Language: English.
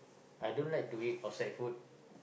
I don't like to eat outside food